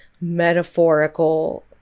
metaphorical